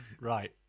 right